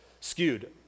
skewed